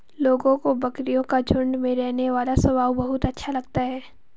लोगों को बकरियों का झुंड में रहने वाला स्वभाव बहुत अच्छा लगता है